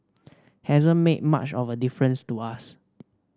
hasn't made much of a difference to us